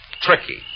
Tricky